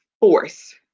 force